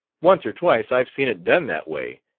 once or twice i've seen it done that way,